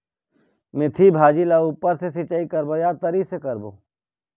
मेंथी भाजी ला ऊपर से सिचाई करबो या तरी से करबो?